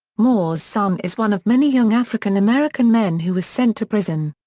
moore's son is one of many young african american men who was sent to prison.